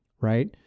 right